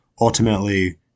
ultimately